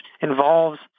involves